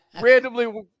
randomly